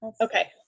Okay